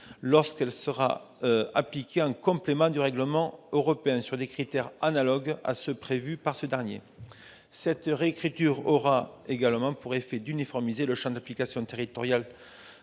lorsqu'elle sera appliquée en complément du règlement européen, sur des critères analogues à ceux prévus par ce dernier. Cette réécriture aura également pour effet d'uniformiser le champ d'application territorial